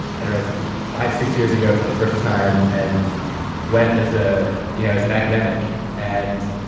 i don't know, five, six years ago for the first time and went as ah you know as an academic. and,